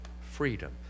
freedom